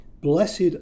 Blessed